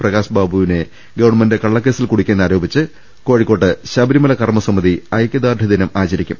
പ്ര കാശ് ബാബുവിനെ ഗവൺമെന്റ് കള്ളക്കേസിൽ കുടുക്കിയെന്നാ രോപിച്ച് കോഴിക്കോട്ട് ശബരിമല കർമ്മസമിതി ഐക്യദാർഢ്യ ദിനം ആചരിക്കും